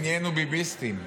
נהיינו ביביסטים.